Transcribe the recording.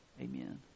Amen